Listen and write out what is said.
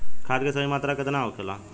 खाद्य के सही मात्रा केतना होखेला?